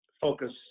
focus